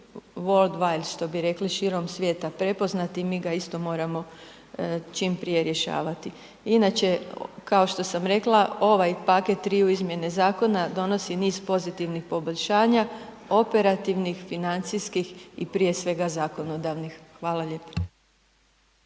što bi rekli širom svijeta prepoznati, mi ga isto moramo čim prije rješavati. Inače, kao što sam rekla, ovaj paket triju izmjene zakona donosi niz pozitivnih poboljšanja, operativnih, financijskih i prije svega zakonodavnih. Hvala lijepo.